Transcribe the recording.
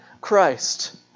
Christ